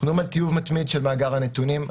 אנחנו מדברים על טיוב מתמיד של מאגר הנתונים.